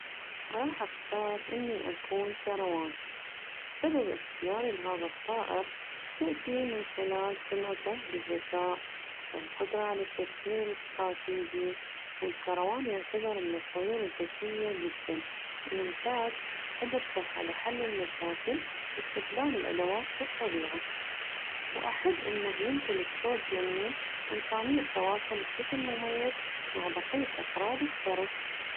راح أختار إني أكون كروان، سبب اخيتري لهذا الطائر تأتي من خلال سمعته بالذكاء القدرة على التفكير الاستراتيجي والكروان يعتبر من الطيور الذكية جداً ويمتاز بقدرته على حل المشاكل واستخدام الأدوات فالطبيعة وأحب إنه يمتلك صوت جميل وإمكانية تواصل بشكل مميز مع بقية أفراد السرب.